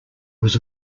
was